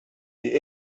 the